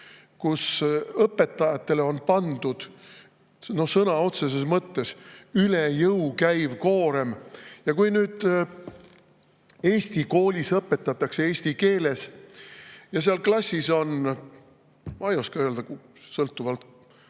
kus õpetajatele on pandud sõna otseses mõttes üle jõu käiv koorem. Kui eesti koolis õpetatakse eesti keeles ja seal klassis on, ma ei oska öelda, sõltuvalt